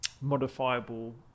modifiable